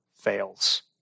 fails